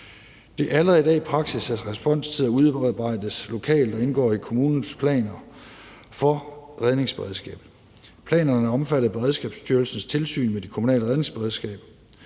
Det er allerede i dag praksis, at responstider udarbejdes lokalt og indgår i kommunens planer for redningsberedskabet. Planerne er omfattet af Beredskabsstyrelsens tilsyn med de kommunale redningsberedskaber.